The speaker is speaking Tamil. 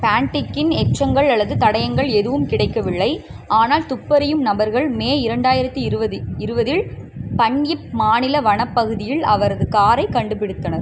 பேண்டிக்கின் எச்சங்கள் அல்லது தடயங்கள் எதுவும் கிடைக்கவில்லை ஆனால் துப்பறியும் நபர்கள் மே இரண்டாயிரத்தி இருபது இருபதில் பன்யிப் மாநில வனப்பகுதியில் அவரது காரைக் கண்டுபிடித்தனர்